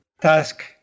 task